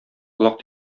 колак